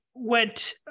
went